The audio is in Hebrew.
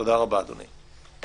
תודה רבה, אדוני.